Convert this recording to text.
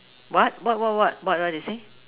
what what what what what they say